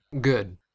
Good